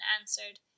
answered